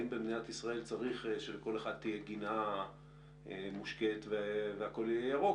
האם במדינת ישראל צריך שלכל אחד תהיה גינה מושקית והכול יהיה ירוק,